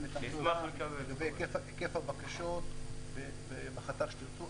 את המידע ואת היקף הבקשות בחתך שתרצו.